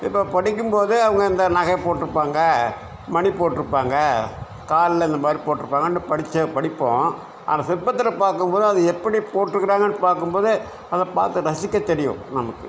இப்போ படிக்கும் போதே அவங்க இந்த நகை போட்டிருப்பாங்க மணி போட்டிருப்பாங்க காலில் இந்த மாதிரி போட்டிருப்பாங்கன்னு படித்தே படிப்போம் ஆனால் சிற்பத்தில் பார்க்கும் போது அது எப்படி போட்டிருக்காங்கன்னு பார்க்கும்போது அதை பார்த்து ரசிக்க தெரியும் நமக்கு